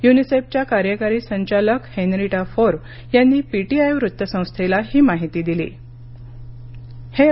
युनिसेफच्या कार्यकारी संचालक Henrietta Fore यांनी पीटीआय वृत्तसंस्थेला ही माहिती दिली आहे